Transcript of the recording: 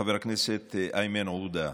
חבר הכנסת איימן עודה,